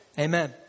Amen